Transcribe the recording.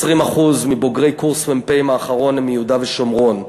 20% מבוגרי קורס מ"פים האחרון הם מיהודה ושומרון.